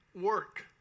work